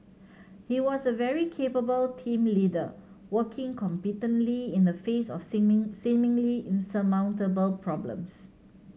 he was a very capable team leader working competently in the face of seeming seemingly insurmountable problems